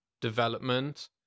development